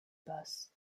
bus